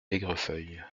aigrefeuille